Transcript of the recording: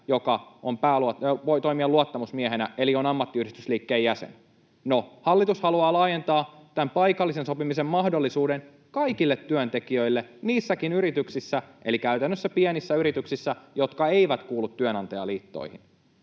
joka voi toimia luottamusmiehenä eli on ammattiyhdistysliikkeen jäsen. No, hallitus haluaa laajentaa tämän paikallisen sopimisen mahdollisuuden kaikille työntekijöille niissäkin yrityksissä, eli käytännössä pienissä yrityksissä, jotka eivät kuulu työnantajaliittoihin,